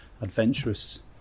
adventurous